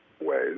ways